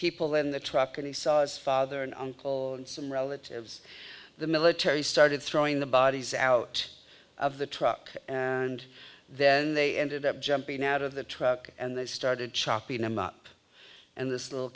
people in the truck and he saw us father and uncle and some relatives the military started throwing the bodies out of the truck and then they ended up jumping out of the truck and they started chopping him up and this little